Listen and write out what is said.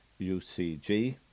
UCG